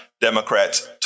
Democrats